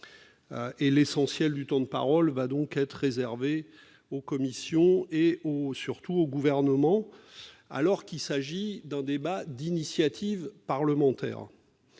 l'essentiel du temps de parole est réservé aux commissions et, surtout, au Gouvernement, alors qu'il s'agit d'un débat d'initiative parlementaire.